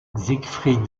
siegfried